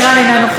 אינה נוכחת.